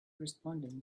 responding